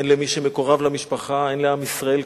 הן למי שמקורב למשפחה, הן לעם ישראל כולו,